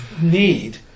need